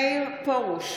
מאיר פרוש,